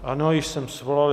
Ano, již jsem svolal.